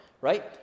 right